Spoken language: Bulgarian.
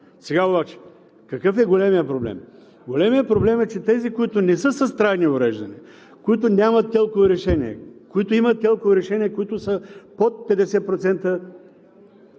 Сега обаче какъв е големият проблем? Големият проблем е, че тези, които не са с трайни увреждания, които нямат ТЕЛК-ови решения, които имат ТЕЛК-ови решения, които са под 50%